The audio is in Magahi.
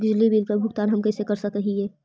बिजली बिल के भुगतान हम कैसे कर सक हिय?